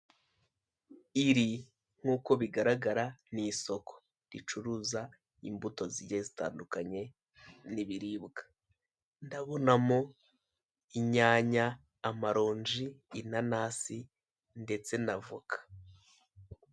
Iri nk'uko bigaragara ni isoko ricuruza imbuto zigiye zitandukanye n'ibiribwa, ndabonamo inyanya, amaronji, inanasi ndetse na voka.